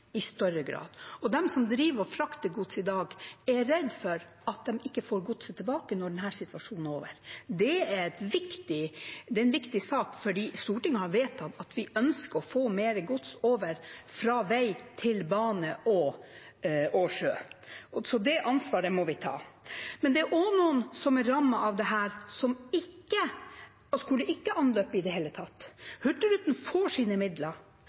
i større grad, og de som driver og frakter gods i dag, er redd for at de ikke får godset tilbake når denne situasjonen er over. Det er en viktig sak, for Stortinget har vedtatt at vi ønsker å få mer gods over fra vei til bane og sjø, så det ansvaret må vi ta. Men det er også noen som er rammet av dette hvor det ikke er anløp i det hele tatt. Hurtigruten får sine midler,